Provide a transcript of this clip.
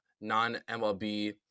non-MLB